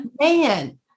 Man